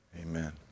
Amen